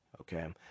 Okay